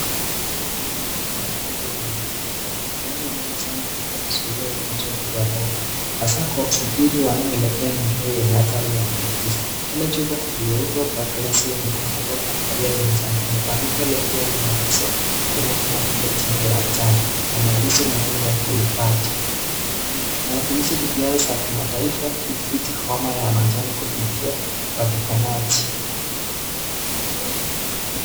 Hizi ni chupa za chanjo ya homa ya njano. Chanjo muhimu sana katika kuzuia ugonjwa huu hatari hasa kwa wasafiri wanaoelekea maeneo yenye hatari ya maambukizi. Kila chupa iliyoundwa kwa glasi ina kufungwa kwa kofia ya njano, imebandikwa lebo yenye maelezo muhimu kama vile jina la chanjo na maelezo muhimu ya kuifuata. Zinawakilisha jitihada za kimataifa kudhibiti homa ya manjano kupitia upatikanaji.